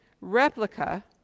replica